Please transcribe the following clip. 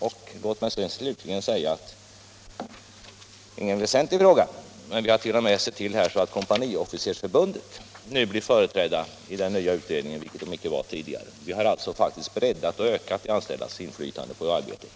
Det är ingen väsentlig fråga, men låt mig slutligen nämna att vit.o.m. sett till att Kompaniofficersförbundet blir företrätt i den nya utredningen, vilket det icke var tidigare. Vi har alltså breddat och ökat de anställdas inflytande på arbetet.